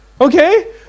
Okay